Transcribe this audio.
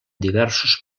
diversos